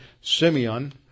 simeon